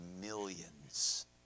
millions